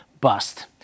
bust